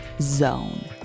zone